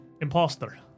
imposter